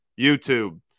YouTube